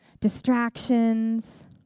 distractions